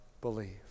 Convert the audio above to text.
believe